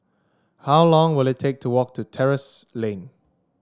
how long will it take to walk to Terrasse Lane